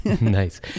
Nice